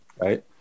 right